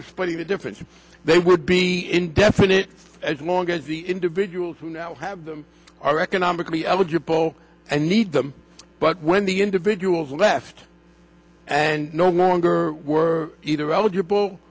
of splitting the difference if they would be indefinite as long as the individuals who now have them are economically eligible and need them but when the individuals left and no longer were either eligible